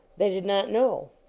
they did not know.